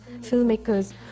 filmmakers